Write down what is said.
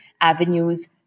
avenues